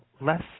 less